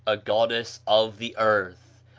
a goddess of the earth,